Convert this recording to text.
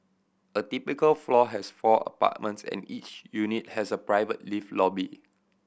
a typical floor has four apartments and each unit has a private lift lobby